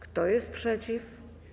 Kto jest przeciw?